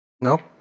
No